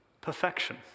perfection